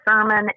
sermon